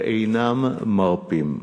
ואינם מרפים.